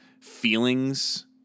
feelings